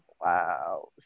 Wow